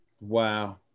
Wow